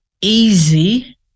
easy